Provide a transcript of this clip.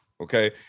Okay